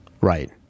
Right